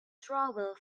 trouble